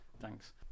Thanks